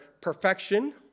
perfection